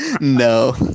No